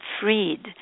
freed